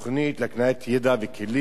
גם זאת, רבותי, הצעת חוק בדיון מוקדם,